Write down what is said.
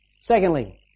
Secondly